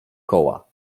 koła